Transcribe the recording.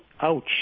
ouch